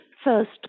first